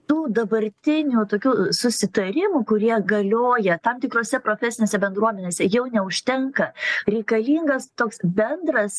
tų dabartinių tokių susitarimų kurie galioja tam tikrose profesinėse bendruomenėse jau neužtenka reikalingas toks bendras